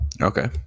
Okay